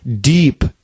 deep